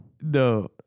No